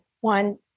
one